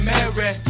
Mary